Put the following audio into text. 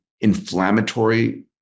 inflammatory